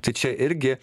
tai čia irgi